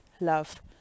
love